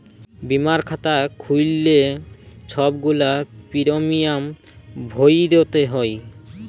বীমার খাতা খ্যুইল্লে ছব গুলা পিরমিয়াম ভ্যইরতে হ্যয়